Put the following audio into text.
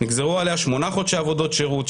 נגזרו עליה 8 חודשי עבודות שירות,